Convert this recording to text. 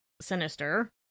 sinister